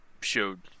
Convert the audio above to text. showed